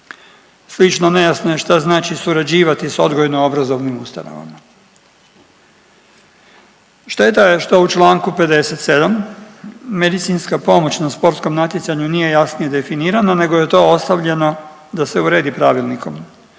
Slično nejasno je šta znači surađivati s odgojno obrazovnim ustanovama. Šteta je što u čl. 57. medicinska pomoć na sportskom natjecanju nije jasnije definirana nego je to ostavljeno da se uredi pravilnikom.